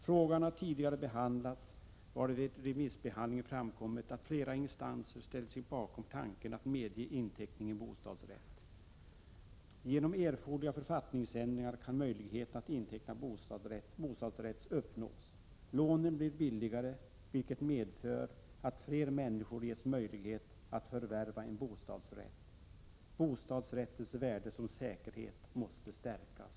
Frågan har tidigare behandlats, varvid det vid remissbehandlingen framkom att flera instanser ställde sig bakom tanken att medge inteckning i bostadsrätt. Genom erforderliga författningsändringar kan möjlighet att inteckna bostadsrätt uppnås. Lånen blir billigare, vilket medför att fler människor ges möjlighet att förvärva en bostadsrätt. Bostadsrätts värde som säkerhet måste stärkas.